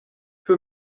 peu